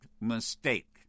mistake